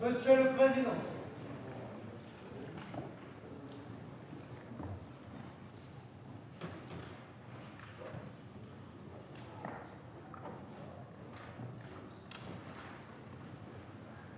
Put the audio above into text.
Monsieur le président,